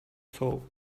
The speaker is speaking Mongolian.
суув